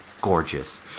gorgeous